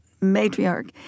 matriarch